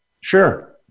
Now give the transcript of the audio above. Sure